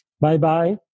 Bye-bye